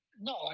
No